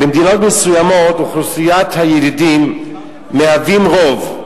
במדינות מסוימות אוכלוסיית הילידים מהווה רוב,